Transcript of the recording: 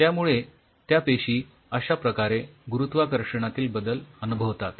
त्यामुळे त्या पेशी अश्या प्रकारे गुरुत्वाकर्षणातील बदल अनुभवतात